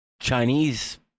Chinese